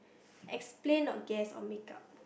explain or guess or make up